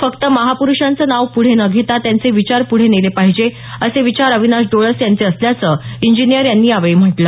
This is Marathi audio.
फक्त महा पुरुषांचे नाव पुढे न नेता त्यांचे विचार पुढे नेला पाहिजे असे विचार अविनाश डोळस यांचे असल्याचं इंजिनीयर यांनी यावेळी म्हटलं